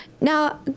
now